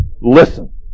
listen